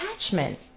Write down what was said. attachment